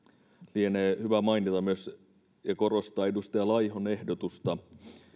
lienee hyvä myös mainita ja korostaa edustaja laihon ehdotusta